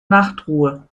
nachtruhe